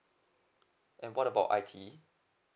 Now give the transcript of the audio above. and what about I_T_E